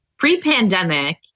Pre-pandemic